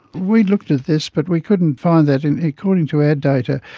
we looked at this, but we couldn't find that. and according to our data,